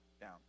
down